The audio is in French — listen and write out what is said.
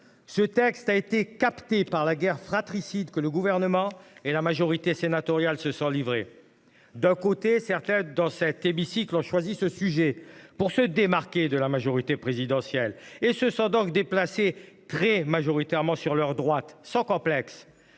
Ce texte a fait les frais de la guerre fratricide à laquelle le Gouvernement et la majorité sénatoriale se sont livrés. D’un côté, certains dans cet hémicycle ont choisi ce sujet pour se démarquer de la majorité présidentielle : ils se sont donc déplacés sur leur droite, sans complexe.